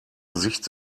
gesicht